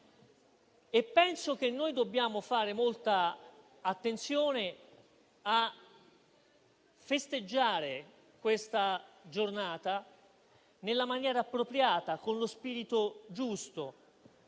penso che dobbiamo fare molta attenzione a festeggiare questa giornata nella maniera appropriata, con lo spirito giusto.